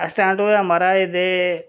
accident होएआ महाराज ते